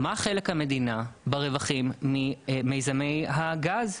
מה חלק המדינה ברווחים ממיזמי הגז?